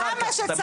כמה שהוא צריך.